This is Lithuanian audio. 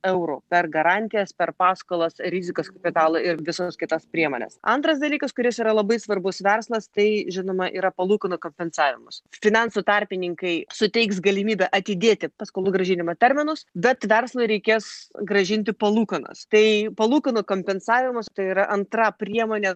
eurų per garantijas per paskolas rizikos kapitalą ir visas kitas priemones antras dalykas kuris yra labai svarbus verslas tai žinoma yra palūkanų kompensavimas finansų tarpininkai suteiks galimybę atidėti paskolų grąžinimo terminus bet verslui reikės grąžinti palūkanas tai palūkanų kompensavimas tai yra antra priemonė